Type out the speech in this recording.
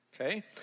okay